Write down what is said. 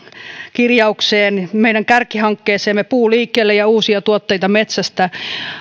kirjaukseen meidän kärkihankkeestamme puu liikkeelle ja uusia tuotteita metsästä